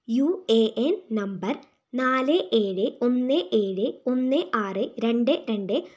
U A N number നാല് ഏഴ് ഒന്ന് ഏഴ് ഒന്ന് ആറ് രണ്ട് രണ്ട്